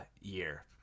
year